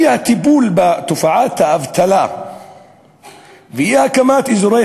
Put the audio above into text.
האי-טיפול בתופעת האבטלה ואי-הקמת אזורי